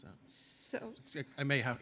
so i may have